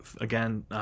again